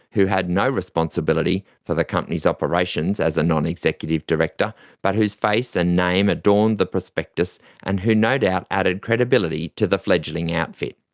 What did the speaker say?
who had no responsibility for the company's operations as a non-executive director but whose face and name adorned the prospectus and who no doubt added credibility to the fledgling outfit.